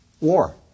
War